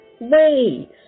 ways